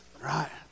right